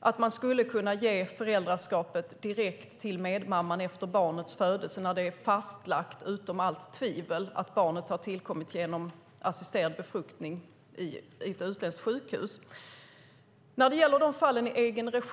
att man skulle kunna ge föräldraskapet direkt till medmamman efter barnets födelse när det är fastlagt utom allt tvivel att barnet har tillkommit genom assisterad befruktning på ett utländskt sjukhus. Den andra delen handlar om befruktning i egen regi.